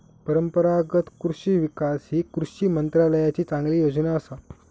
परंपरागत कृषि विकास ही कृषी मंत्रालयाची चांगली योजना असा